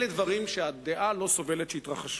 אלה דברים שהדעת לא סובלת שיתרחשו.